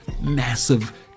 massive